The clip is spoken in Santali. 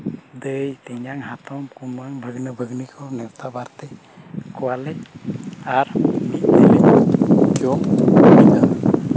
ᱫᱟᱹᱭ ᱛᱮᱧᱟᱝ ᱦᱟᱛᱚᱢ ᱠᱩᱢᱟᱹᱝ ᱵᱷᱟᱹᱜᱽᱱᱟᱹ ᱵᱷᱟᱹᱜᱽᱱᱤ ᱠᱚ ᱱᱮᱶᱛᱟ ᱵᱟᱨᱛᱮ ᱠᱚᱣᱟᱞᱮ ᱟᱨ ᱞᱮ ᱡᱚᱢ ᱢᱤᱫᱟ